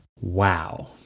Wow